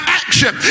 action